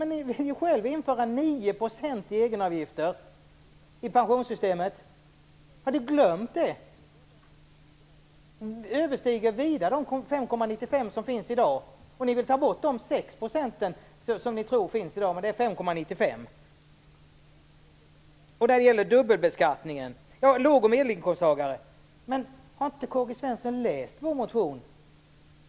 Men ni vill ju själva införa 9 % i egenavgift i pensionssystemet. Har ni glömt det? De 9 procenten överstiger vida dagens 5,95 %. Ni vill ta bort de 6 procent som ni tror gäller i dag, men det är handlar om 5,95 %. Sedan några ord om dubbelbeskattningen samt låg och medelinkomsttagarna. Har inte Karl-Gösta Svenson läst vår motion?